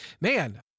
man